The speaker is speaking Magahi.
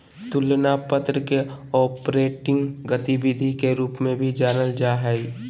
तुलना पत्र के ऑपरेटिंग गतिविधि के रूप में भी जानल जा हइ